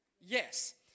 Yes